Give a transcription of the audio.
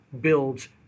builds